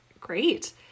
Great